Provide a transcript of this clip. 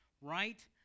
right